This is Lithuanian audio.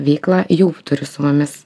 veiklą jau turi su mumis